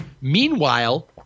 Meanwhile